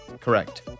Correct